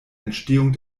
entstehung